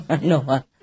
no